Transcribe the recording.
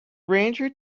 ranger